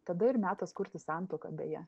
tada ir metas kurti santuoką beje